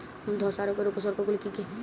ধসা রোগের উপসর্গগুলি কি কি?